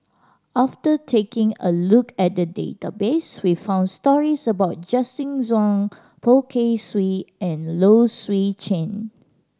after taking a look at the database we found stories about Justin Zhuang Poh Kay Swee and Low Swee Chen